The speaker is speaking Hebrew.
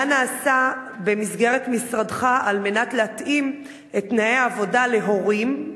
מה נעשה במסגרת משרדך על מנת להתאים את תנאי העבודה להורים,